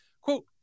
Quote